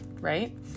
right